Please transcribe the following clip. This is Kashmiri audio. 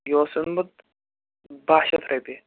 یہِ اوس اوٚنمُت باہ شَتھ رۄپیہِ